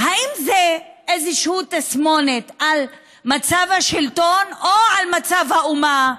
האם זו איזושהי תסמונת של מצב השלטון או של מצב האומה?